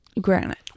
Granite